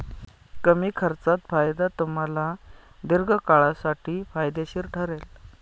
कमी खर्चात फायदा तुम्हाला दीर्घकाळासाठी फायदेशीर ठरेल